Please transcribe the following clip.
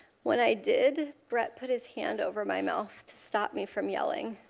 when i did, brett put his hand over my mouth to stop me from yelling.